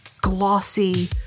glossy